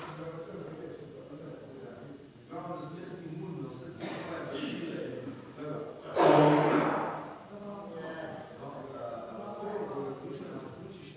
Hvala